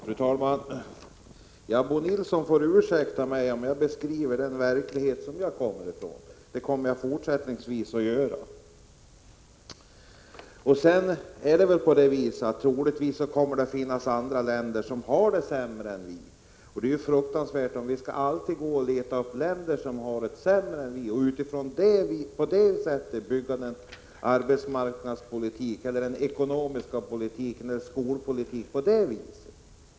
Fru talman! Bo Nilsson får ursäkta mig om jag beskriver den verklighet som jag kommer ifrån. Det kommer jag att göra också fortsättningsvis. Troligtvis kommer det alltid att finnas andra länder som har det sämre än vi. Det vore fruktansvärt om vi alltid måste leta fram sådana länder och utifrån detta bygga upp vår arbetsmarknadspolitik, vår ekonomiska politik eller skolpolitik.